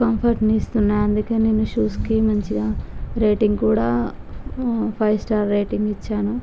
కంఫర్టును ఇస్తున్నాయి అందుకే నేను షూస్కి మంచిగా రేటింగ్ కూడా ఫైవ్ స్టార్ రేటింగ్ ఇచ్చాను